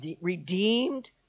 redeemed